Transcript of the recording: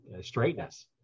straightness